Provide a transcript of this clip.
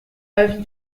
avis